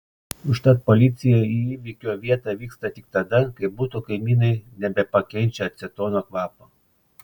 užtat policija į įvykio vietą vyksta tik tada kai buto kaimynai nebepakenčia acetono kvapo